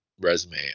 resume